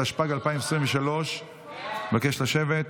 התשפ"ג 2023. אני מבקש לשבת.